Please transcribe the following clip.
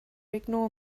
ignore